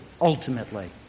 ultimately